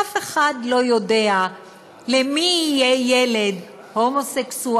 אף אחד לא יודע למי יהיה ילד הומוסקסואל